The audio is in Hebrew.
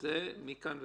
זה מכאן ולהבא.